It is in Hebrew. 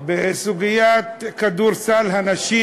בסוגיית כדורסל הנשים,